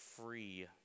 free